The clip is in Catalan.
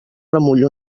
remull